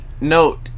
Note